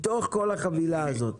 מתוך כל החבילה הזאת.